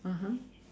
(uh huh)